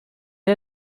est